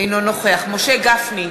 אינו נוכח משה גפני,